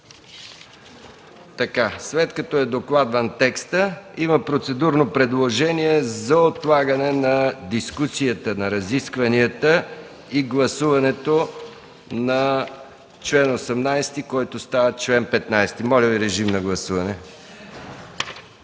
След като е докладван текста, има процедурно предложение за отлагане на дискусията, на разискванията и гласуването за чл. 18, който става чл. 15. Моля режим на гласуване.